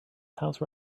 house